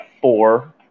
four